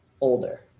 older